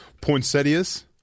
Poinsettias